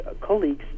colleagues